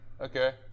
Okay